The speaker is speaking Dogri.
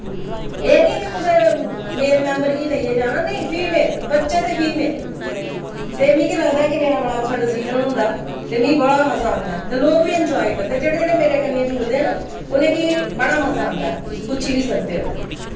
एह् निं ऐ कि कुसै मेल मेंबर गी लेइयै जाना नेईं फीमेल बच्चे ते फीमेल ते मिगी लगदा कि मेरा बड़ा अच्छा डिसिजन होंदा ते मी बड़ा मजा औंदा ऐ ते लोक बी एन्जाय करदे जेह्ड़े जेह्ड़े मेरे कन्नै जुड़दे ना उ'नें गी बड़ा मजा औंदा ऐ तुस पुच्छी बी सकदे ओ